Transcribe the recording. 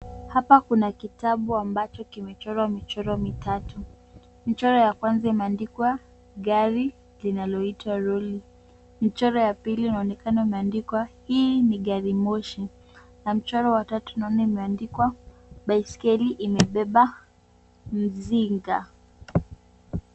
Hapa kuna kitabu ambacho kimechorwa michoro mitatu. Mchoro wa kwanza imeandikwa gari linaloitwa lori. Mchoro wa pili unaonekana umeandikwa, hii ni gari moshi na mchoro wa tatu naona imeandikwa, baiskeli imebeba mzinga.